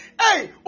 Hey